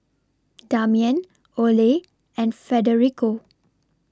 Damian Oley and Federico